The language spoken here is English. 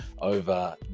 over